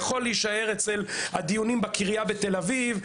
זה יכול להישאר בדיונים בקריה בתל אביב,